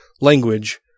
language